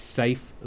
safe